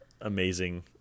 amazing